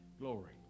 Glory